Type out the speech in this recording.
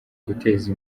guteza